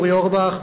אורי אורבך,